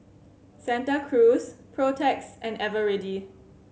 Santa Cruz Protex and Eveready